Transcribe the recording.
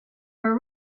were